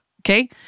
Okay